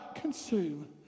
consume